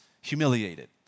humiliated